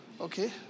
Okay